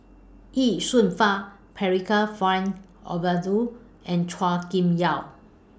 Ye Shunfang Percival Frank Aroozoo and Chua Kim Yeow